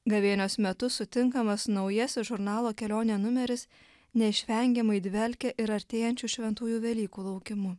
gavėnios metu sutinkamas naujasis žurnalo kelionė numeris neišvengiamai dvelkė ir artėjančių šventųjų velykų laukimu